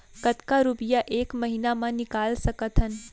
कतका रुपिया एक महीना म निकाल सकथन?